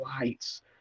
lights